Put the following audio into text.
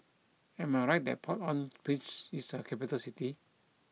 am I right that Port au Prince is a capital city